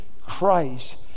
Christ